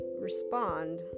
respond